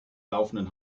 laufenden